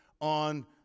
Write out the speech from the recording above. on